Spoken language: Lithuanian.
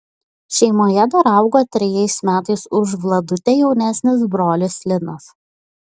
šeimoje dar augo trejais metais už vladutę jaunesnis brolis linas